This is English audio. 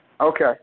Okay